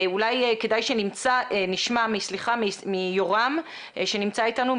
אולי כדאי שנשמע מיורם שנמצא איתנו,